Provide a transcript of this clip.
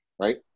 right